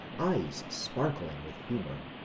eyes sparkling with humour,